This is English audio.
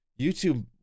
YouTube